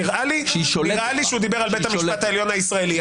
נראה לי שהוא דיבר על בית המשפט העליון הישראלי,